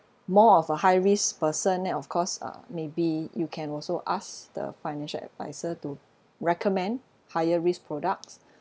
more of a high risk person then of course uh maybe you can also ask the financial advisor to recommend higher risk products